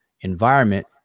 environment